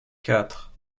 quatre